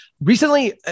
Recently